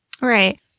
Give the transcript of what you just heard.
right